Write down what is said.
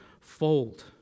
fold